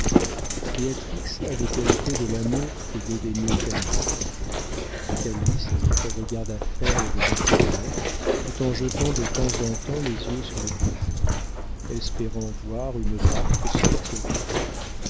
béatrix avait hérité de l'amour que dédaignait camille calyste regarda faire le débarquement tout en jetant de temps en temps les yeux sur le croisic espérant voir une barque sortir du port